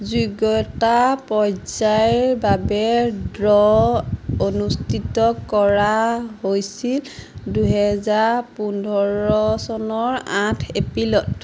যোগ্যতা পৰ্যায়ৰ বাবে ড্ৰ' অনুষ্ঠিত কৰা হৈছিল দুহেজাৰ পোন্ধৰ চনৰ আঠ এপ্ৰিলত